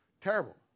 Terrible